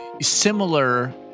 similar